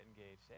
engaged